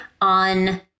on